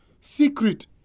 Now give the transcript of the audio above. secret